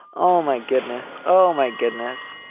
oh my goodness. oh my goodness.